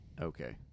Okay